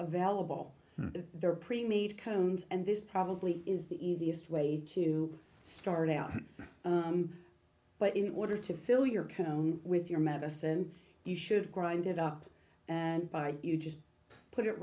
available there pre made cones and this probably is the easiest way to start out but in order to fill your cone with your medicine you should grind it up and buy you just put it